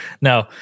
No